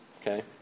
Okay